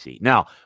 Now